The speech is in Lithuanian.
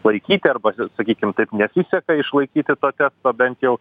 laikyti arba sakykim taip nesiseka išlaikyti to testo bent jau